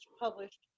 published